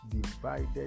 divided